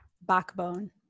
backbone